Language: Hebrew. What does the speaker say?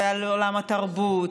ועל עולם התרבות,